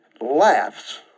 laughs